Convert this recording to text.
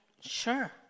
sure